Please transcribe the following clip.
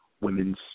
women's